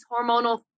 hormonal